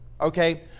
Okay